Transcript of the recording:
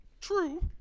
True